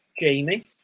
Jamie